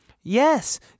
yes